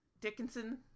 Dickinson